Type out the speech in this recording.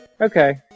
Okay